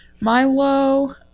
milo